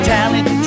Talent